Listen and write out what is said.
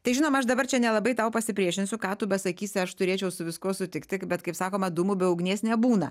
tai žinoma aš dabar čia nelabai tau pasipriešinsiu ką tu besakysi aš turėčiau su viskuo sutikti bet kaip sakoma dūmų be ugnies nebūna